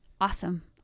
awesome